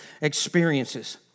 experiences